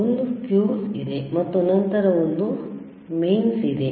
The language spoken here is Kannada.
ಒಂದು ಫ್ಯೂಸ್ ಇದೆ ಮತ್ತು ನಂತರ ಒಂದು ಮೇನ್ ಇದೆ